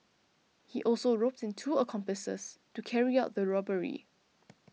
he also roped in two accomplices to carry out the robbery